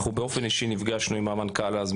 אנחנו נפגשנו אישית עם המנכ"ל דאז,